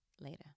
later